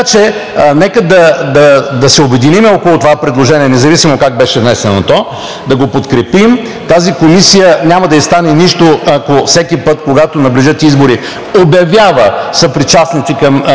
нека да се обединим около това предложение, независимо как беше внесено то, да го подкрепим и на тази комисия няма да ѝ стане нищо, ако всеки път, когато наближат избори, обявява съпричастност към